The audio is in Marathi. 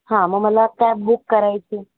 हां मग मला कॅब बुक करायची